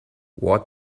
what